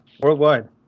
worldwide